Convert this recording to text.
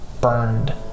burned